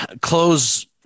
close